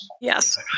Yes